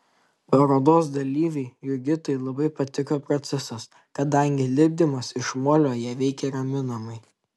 parodos dalyvei jurgitai labai patiko procesas kadangi lipdymas iš molio ją veikė raminamai